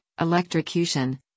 electrocution